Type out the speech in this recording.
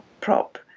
prop